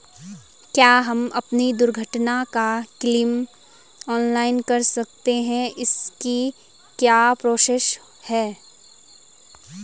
क्या हम अपनी दुर्घटना का क्लेम ऑनलाइन कर सकते हैं इसकी क्या प्रोसेस है?